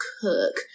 cook